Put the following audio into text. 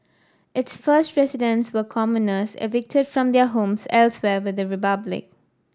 its first residents were commoners evicted from their homes elsewhere within the republic